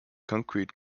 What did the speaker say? concrete